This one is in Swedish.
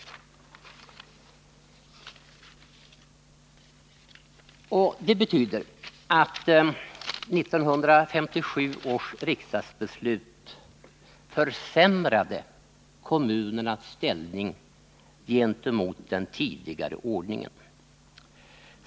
Det betydde att 1957 års riksdagsbeslut försämrade kommunernas ställning i förhållande till den tidigare ordningen.